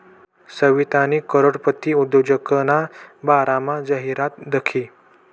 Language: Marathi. सवितानी करोडपती उद्योजकना बारामा जाहिरात दखी